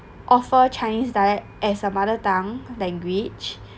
offer chinese dialect as the mother tongue language